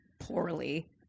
poorly